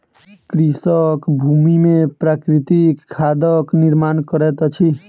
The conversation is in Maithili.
कृषक भूमि में प्राकृतिक खादक निर्माण करैत अछि